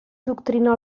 doctrina